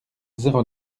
zéro